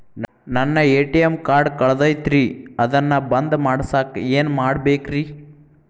ನನ್ನ ATM card ಕಳದೈತ್ರಿ ಅದನ್ನ ಬಂದ್ ಮಾಡಸಾಕ್ ಏನ್ ಮಾಡ್ಬೇಕ್ರಿ?